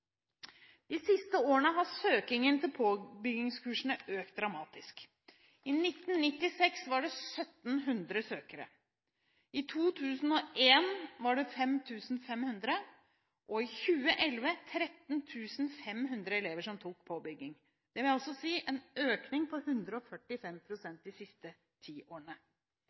De siste årene har søkningen til påbyggingskursene økt dramatisk. I 1996 var det 1 700 søkere. I 2001 var det 5 500 og i 2011 13 500 elever som tok påbygging. Det vil altså si en økning på 145 pst. de siste ti årene.